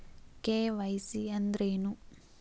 KYC ಅಂದ್ರೇನು?